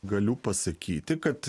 galiu pasakyti kad